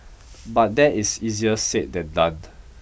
but that is easier said than done